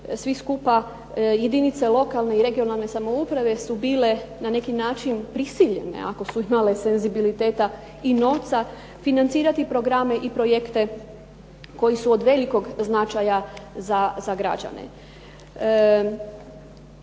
svi skupa, jedinice lokalne i regionalne samouprave su bile na neki način prisiljene ako su imale senzibiliteta i novca financirati programe i projekte koji su od velikog značaja za građane.